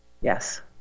Yes